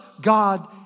God